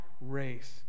race